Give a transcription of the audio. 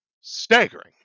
Staggering